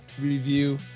review